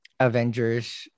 Avengers